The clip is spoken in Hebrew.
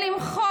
אנחנו חייבות